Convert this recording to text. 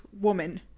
woman